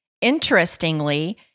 Interestingly